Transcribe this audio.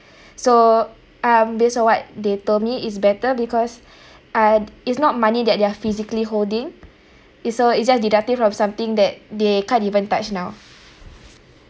so um based on what they told me it's better because uh it's not money that they're physically holding it's so it's just deducting from something that they can't even touch now